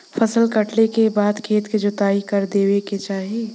फसल कटले के बाद खेत क जोताई कर देवे के चाही